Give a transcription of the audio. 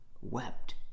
wept